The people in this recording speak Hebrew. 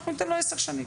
אנחנו ניתן לו עשר שנים.